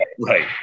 Right